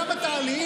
למה תעלי?